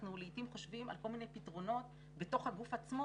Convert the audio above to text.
אנחנו לעתים חושבים על כל מיני פתרונות בתוך הגוף עצמו,